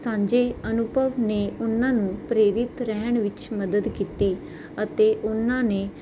ਸਾਂਝੇ ਅਨੁਭਵ ਨੇ ਉਹਨਾਂ ਨੂੰ ਪ੍ਰੇਰਿਤ ਰਹਿਣ ਵਿੱਚ ਮਦਦ ਕੀਤੀ ਅਤੇ ਉਨਾਂ ਨੇ